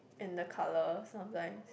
and the color sometime